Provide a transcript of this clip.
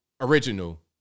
original